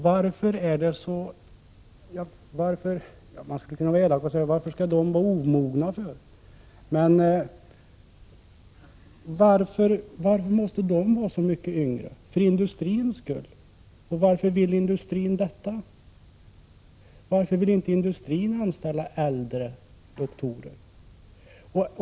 Varför skall de vara omogna? Varför måste de vara så mycket yngre? Är det för industrins skull? Varför vill industrin detta? Varför vill inte industrin anställa äldre doktorer?